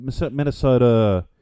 Minnesota